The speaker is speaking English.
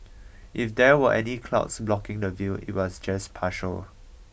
if there were any clouds blocking the view it was just partial